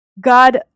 God